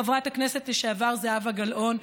חברת הכנסת לשעבר זהבה גלאון,